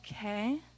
okay